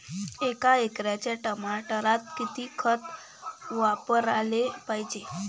एका एकराच्या टमाटरात किती खत वापराले पायजे?